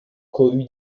cohue